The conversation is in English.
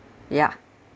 ya